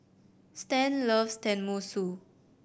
Stan loves Tenmusu